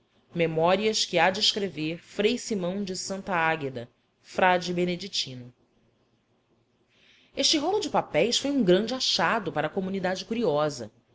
memórias que há de escrever frei simão de santa águeda frade beneditino este rolo de papéis foi um grande achado para a comunidade curiosa